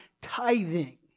tithing